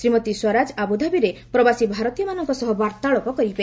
ଶ୍ରୀମତୀ ସ୍ୱରାଜ ଆବୁଧାବିରେ ପ୍ରବାସୀ ଭାରତୀୟମାନଙ୍କୁ ସହ ବାର୍ତ୍ତାଳାପ କରିବେ